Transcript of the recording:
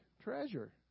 treasure